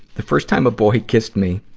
the first time a boy kissed me,